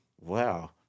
wow